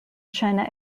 china